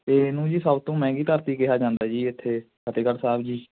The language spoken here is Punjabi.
ਅਤੇ ਇਹਨੂੰ ਜੀ ਸਭ ਤੋਂ ਮਹਿੰਗੀ ਧਰਤੀ ਕਿਹਾ ਜਾਂਦਾ ਜੀ ਇੱਥੇ ਫਤਿਹਗੜ੍ਹ ਸਾਹਿਬ ਜੀ